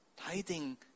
Tithing